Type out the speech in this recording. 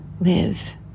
live